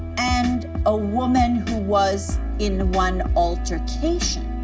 and a woman who was in one altercation.